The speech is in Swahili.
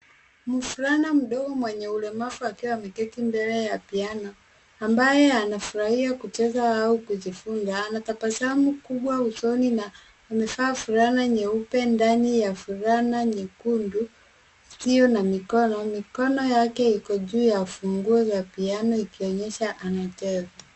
Mvulana mdogo mwenye ulemavu akiwa ameketi mbele ya piano, ambaye anafurahia kucheza au kujifunza. Anatabasamu kubwa usoni na amevaa fulana nyeupe ndani ya fulana nyekundu isiyo na mikono. Mikono yake iko juu ya funguo za piano ikionyesha anacheza.